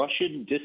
Russian